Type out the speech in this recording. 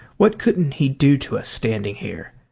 what couldn't he do to us standing here!